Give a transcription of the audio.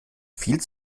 viel